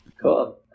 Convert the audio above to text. cool